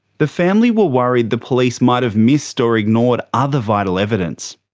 the family were worried the police might've missed or ignored other vital evidence.